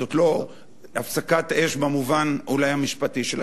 זו לא הפסקת-אש במובן אולי המשפטי שלה.